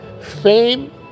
Fame